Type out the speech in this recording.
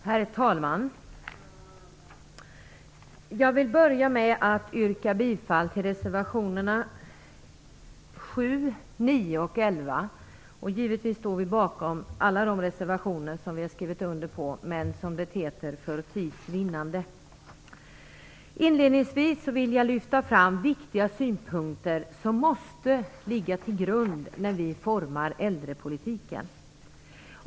Herr talman! Jag vill börja med att yrka bifall till reservationerna 7, 9 och 11. Givetvis står vi bakom alla de reservationer vi har skrivit under, men för tids vinnande, som det heter, avstår vi från fler yrkanden. Inledningsvis vill jag lyfta fram viktiga synpunkter som måste utgöra grunden när vi formar äldrepolitiken.